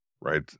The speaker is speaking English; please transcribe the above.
right